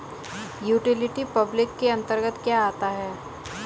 Utility public के अंतर्गत क्या आता है?